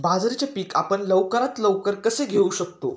बाजरीचे पीक आपण लवकरात लवकर कसे घेऊ शकतो?